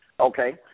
Okay